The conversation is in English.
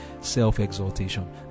self-exaltation